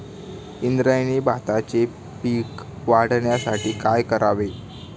इंद्रायणी भाताचे पीक वाढण्यासाठी काय करावे?